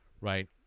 right